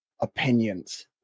opinions